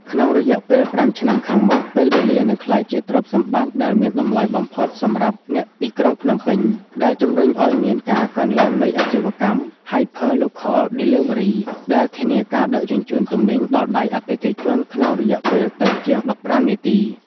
ក្នុងរយៈពេល ៥ ឆ្នាំខាងមុខ ពេលវេលានឹងក្លាយជាទ្រព្យសម្បត្តិដែលមានតម្លៃបំផុតសម្រាប់អ្នកទីក្រុងភ្នំពេញ ដែលជម្រុញឱ្យមានការកើនឡើងនៃអាជីវកម្ម "Hyper-local delivery" ដែលធានាការដឹកជញ្ជូនទំនិញដល់ដៃអតិថិជនក្នុងរយៈពេលតិចជាង ១៥ នាទី។